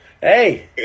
Hey